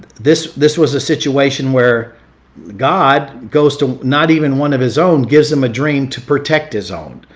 this this was a situation where god goes to not even one of his own, gives them a dream to protect his own.